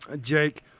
Jake